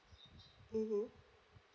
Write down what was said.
mmhmm